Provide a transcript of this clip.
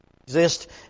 exist